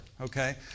okay